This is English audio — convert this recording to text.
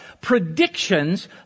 predictions